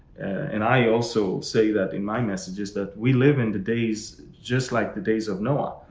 and i also say that in my messages, that we live in the days just like the days of noah,